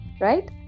Right